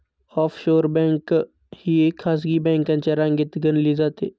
offshore bank ही खासगी बँकांच्या रांगेत गणली जाते